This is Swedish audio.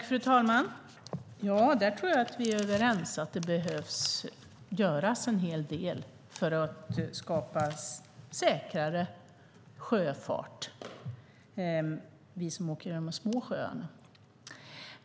Fru talman! Jag tror att vi är överens om att det behöver göras en hel del för att skapa säkrare sjöfart även för oss som åker på de små sjöarna.